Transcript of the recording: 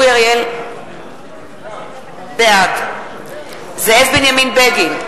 בעד זאב בנימין בגין,